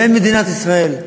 ואין מדינת ישראל.